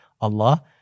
Allah